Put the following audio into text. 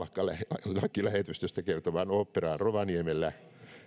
karvalakkilähetystöstä kertovaan oopperaan rovaniemellä